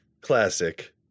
Classic